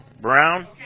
Brown